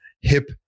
hip